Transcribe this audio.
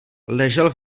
ležel